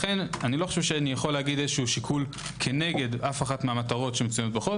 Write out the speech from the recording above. לכן איני יכול לומר שיקול כנגד אף אחת מהמטרות שבחוק